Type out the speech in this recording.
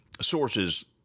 sources